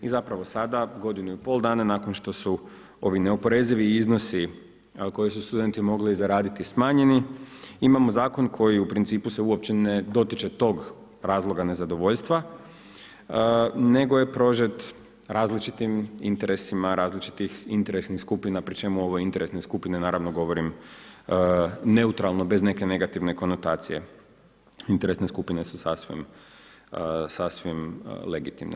I zapravo sada, godinu i pol dana nakon što su ovi neoporezivi iznosi a koje su studenti mogli zaraditi smanjeni imamo zakon koji u principu se uopće ne dotiče tog razloga nezadovoljstva nego je prožet različitim interesima, različitih interesnih skupina pri čemu ovo interesne skupine naravno govorim neutralno bez neke negativne konotacije, interesne skupine su sasvim legitimne.